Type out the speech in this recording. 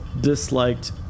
disliked